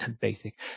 basic